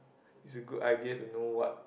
it's a good idea to know what